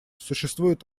существует